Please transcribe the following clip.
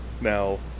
Now